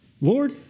Lord